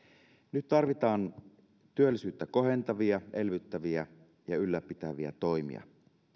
nyt tarvitaan työllisyyttä kohentavia elvyttäviä ja ylläpitäviä toimia